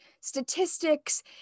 statistics